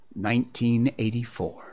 1984